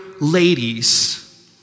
ladies